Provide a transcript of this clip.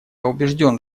убежден